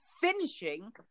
finishing